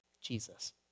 Jesus